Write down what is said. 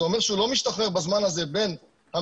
זה אומר שהוא לא משתחרר בזמן הזה בין המשפט